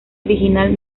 original